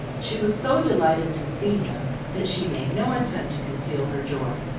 she was so delighted to see him that she made no attempt to conceal her joy.